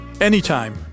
anytime